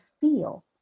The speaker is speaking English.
feel